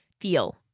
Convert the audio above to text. feel